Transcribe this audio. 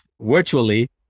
virtually